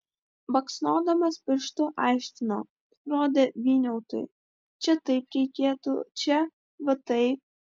baksnodamas pirštu aiškino rodė vyniautui čia taip reikėtų čia va taip